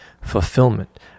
fulfillment